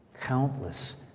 Countless